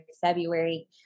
February